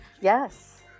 Yes